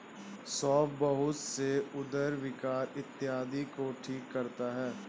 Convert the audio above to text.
सौंफ बहुत से उदर विकार इत्यादि को ठीक करता है